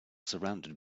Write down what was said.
surrounded